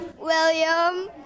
William